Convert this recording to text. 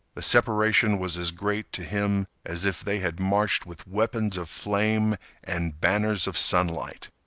the separation was as great to him as if they had marched with weapons of flame and banners of sunlight.